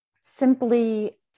simply